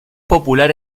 popular